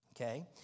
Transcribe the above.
okay